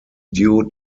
due